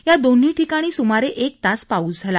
या दोन्ही ठिकाणी सुमारे एक तास पाऊस झाला